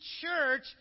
church